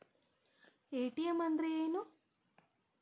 ATM ಅಂದ್ರ ಏನು?